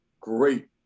great